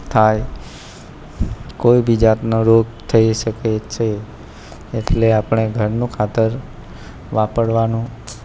થાય કોઈ બી જાતનો રોગ થઈ શકે છે એટલે આપણે ઘરનું ખાતર વાપરવાનું